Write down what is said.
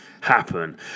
happen